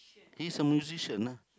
this a musician lah